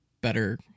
better